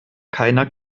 keiner